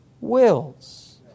wills